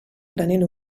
prenent